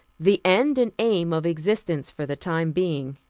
the end and aim of existence for the time being.